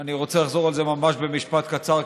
ואני רוצה לחזור על זה ממש במשפט קצר,